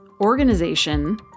organization